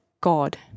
God